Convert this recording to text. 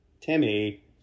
Timmy